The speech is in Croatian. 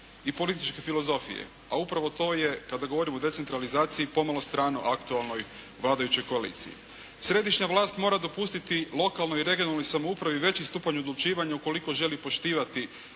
i političke filozofije, a upravo to je kada govorimo o decentralizaciji pomalo strano aktualnoj vladajućoj koaliciji. Središnja vlast mora dopustiti lokalnoj i regionalnoj samoupravi veći stupanj odlučivanja ukoliko želi poštivati